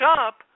up